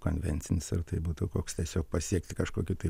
konvencinis ar tai būtų koks tiesiog pasiekti kažkokį tai